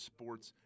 Sports